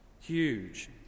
Huge